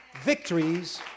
victories